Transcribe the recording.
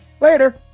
later